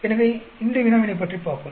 எனவே இந்த வினாவினைப் பார்ப்போம்